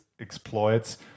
exploits